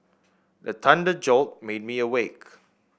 the thunder jolt made me awake